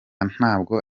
ntabwo